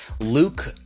Luke